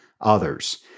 others